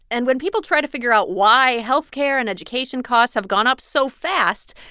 and when people try to figure out why health care and education costs have gone up so fast,